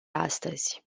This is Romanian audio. astăzi